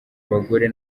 abagore